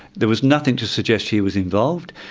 there was nothing to suggest he was involved.